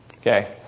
Okay